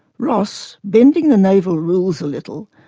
ross, bending the naval rules a little,